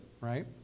right